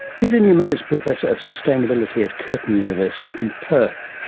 peter newman is professor of sustainability at curtin university in perth.